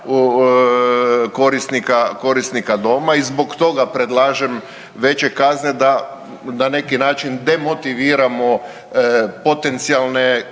korisnika doma i zbog toga predlažem veće kazne da na neki način demotiviramo potencijalne